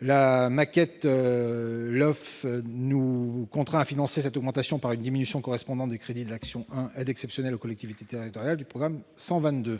La « maquette LOLF » nous contraint à financer cette augmentation par une diminution correspondante des crédits de l'action n° 01, « Aides exceptionnelles aux collectivités territoriales » du programme 122.